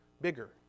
bigger